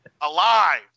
alive